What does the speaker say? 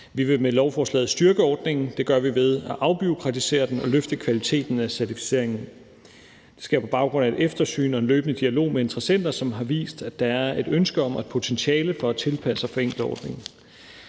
Vi vil med lovforslaget styrke ordningen. Det gør vi ved at afbureaukratisere den og løfte kvaliteten af certificeringen. Det sker på baggrund af et eftersyn og en løbende dialog med interessenter, som har vist, at der er et ønske om og et potentiale for at tilpasse og forenkle ordningen.